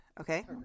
Okay